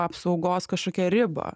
apsaugos kažkokią ribą